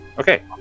Okay